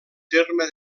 terme